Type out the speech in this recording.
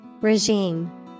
Regime